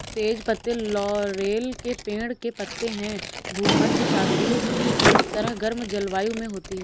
तेज पत्ते लॉरेल के पेड़ के पत्ते हैं भूमध्यसागरीय की तरह गर्म जलवायु में होती है